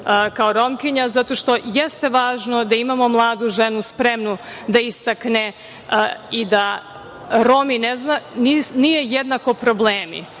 kao Romkinja, zato što jeste važno da imamo mladu ženu spremnu da istakne i da Rominije jednako problemi,